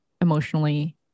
emotionally